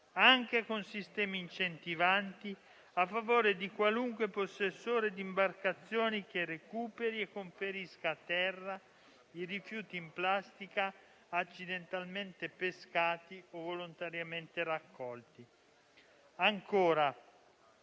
anche con sistemi incentivanti, a favore di qualunque possessore di imbarcazioni che recuperi e conferisca a terra i rifiuti in plastica accidentalmente pescati o volontariamente raccolti. Ancora;